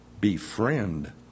befriend